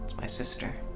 my sister.